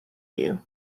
you